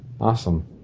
Awesome